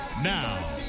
Now